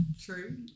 true